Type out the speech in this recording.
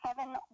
seven